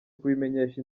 kubimenyesha